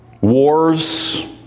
wars